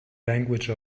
language